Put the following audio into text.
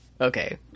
Okay